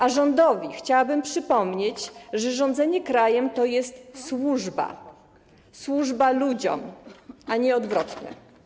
A rządowi chciałabym przypomnieć, że rządzenie krajem to jest służba, służba ludziom, a nie odwrotnie.